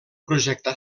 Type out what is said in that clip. projectar